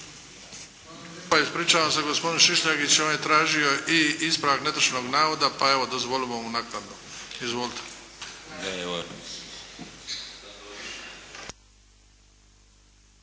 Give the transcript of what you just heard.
Ispričavam se gospodine Šišljagić, on je tražio i ispravak netočnog navoda, pa evo dozvolimo mu naknadno. Izvolite.